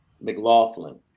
mclaughlin